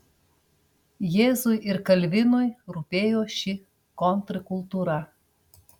jėzui ir kalvinui rūpėjo ši kontrkultūra